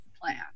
plan